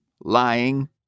lying